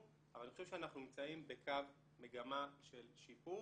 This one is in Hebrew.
אבל אני חושב שאנחנו נמצאים בקו מגמה של שיפור,